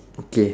okay